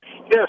yes